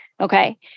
okay